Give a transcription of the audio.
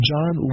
John